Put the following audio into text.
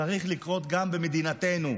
צריך לקרות גם במדינתנו.